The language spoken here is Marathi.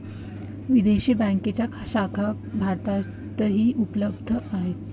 विदेशी बँकांच्या शाखा भारतातही उपलब्ध आहेत